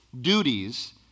duties